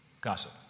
Gossip